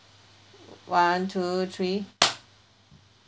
one two three